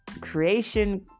creation